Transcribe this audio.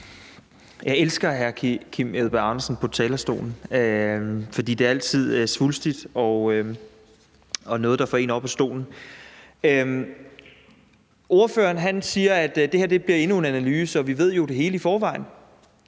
Jeg elsker hr. Kim Edberg Andersen på talerstolen, fordi det altid er svulstigt og noget, der får en op af stolen. Ordføreren siger, at det her bliver endnu en analyse, og at vi jo ved det hele i forvejen,